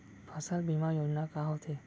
फसल बीमा योजना का होथे?